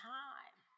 time